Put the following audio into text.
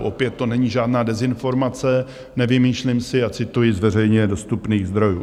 Opět to není žádná dezinformace, nevymýšlím si a cituji z veřejně dostupných zdrojů.